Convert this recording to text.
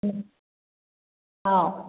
ꯎꯝ ꯍꯥꯎ